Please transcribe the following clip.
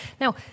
Now